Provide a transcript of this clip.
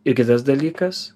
ir kitas dalykas